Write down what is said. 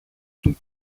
του